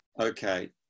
Okay